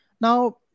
Now